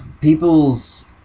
people's